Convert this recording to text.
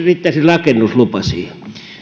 riittäisi rakennuslupa siihen